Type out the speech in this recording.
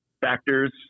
factors